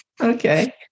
okay